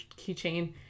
keychain